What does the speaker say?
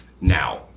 now